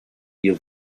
hier